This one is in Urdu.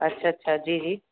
اچھا اچھا جی جی